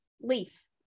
leaf